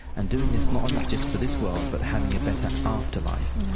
and doing this not only just for this world but having a better afterlife.